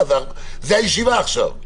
זו הישיבה עכשיו.